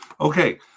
Okay